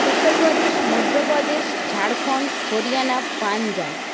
Uttar Pradesh Madhya Pradesh Jharkhand Haryana Punjab